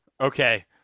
Okay